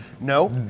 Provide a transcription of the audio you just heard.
no